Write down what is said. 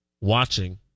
watching